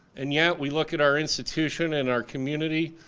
and yet we look at our institution and our community,